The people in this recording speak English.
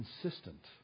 consistent